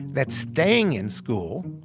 that staying in school,